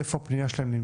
איפה נמצאת הפניה שלהם.